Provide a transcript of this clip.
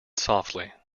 softly